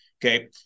Okay